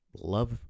love